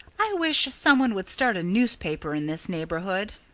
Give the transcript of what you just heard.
i wish someone would start a newspaper in this neighborhood.